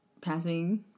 passing